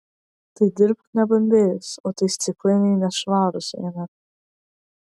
tai dirbk nebambėjus o tai stiklainiai nešvarūs eina